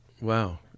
Wow